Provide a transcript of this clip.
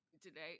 Today